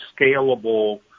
scalable